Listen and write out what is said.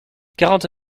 quarante